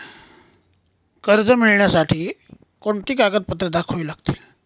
कर्ज मिळण्यासाठी कोणती कागदपत्रे दाखवावी लागतील?